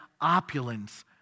opulence